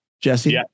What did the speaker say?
Jesse